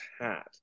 hat